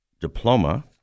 diploma